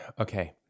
Okay